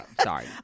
Sorry